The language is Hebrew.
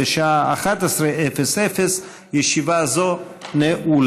בשעה 11:00. ישיבה זו נעולה.